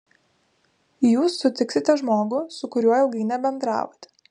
jūs sutiksite žmogų su kuriuo ilgai nebendravote